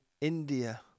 India